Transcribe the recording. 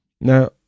now